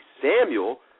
Samuel